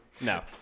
No